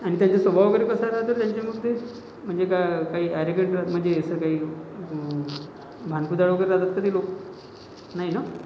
आणि त्यांचा स्वभाव वगैरे कसा राहतो त्यांचा मग ते म्हणजे का काही ॲरेगंट राह म्हणजे असं काही भांडकुदळ वगैरे राहतात का ते लोक नाही नं